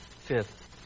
Fifth